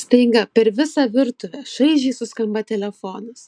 staiga per visą virtuvę šaižiai suskamba telefonas